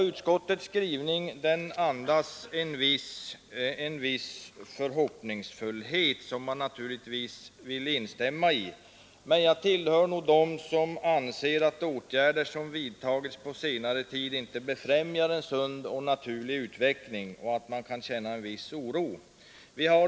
Utskottets skrivning andas en viss förhoppningsfullhet, som man naturligtvis vill instämma i, men jag tillhör nog dem som anser att de åtgärder som vidtagits på senare tid inte befrämjar en sund och naturlig handelsutveckling. Man kan känna en viss oro.